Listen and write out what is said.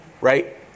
Right